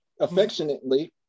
affectionately